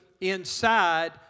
inside